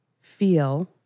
feel